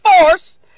force